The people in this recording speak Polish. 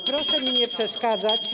Proszę mi nie przeszkadzać.